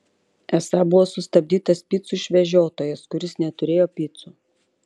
esą buvo sustabdytas picų išvežiotojas kuris neturėjo picų